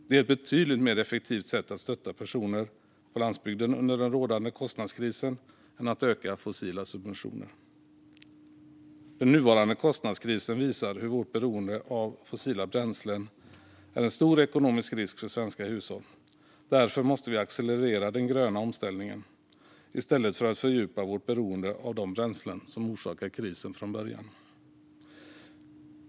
Det är ett betydligt mer effektivt sätt att stötta personer på landsbygden under rådande kostnadskris än att öka fossila subventioner. Den nuvarande kostnadskrisen visar att vårt beroende av fossila bränslen är en stor ekonomisk risk för svenska hushåll. Därför måste vi accelerera den gröna omställningen i stället för att fördjupa vårt beroende av de bränslen som orsakat krisen från början.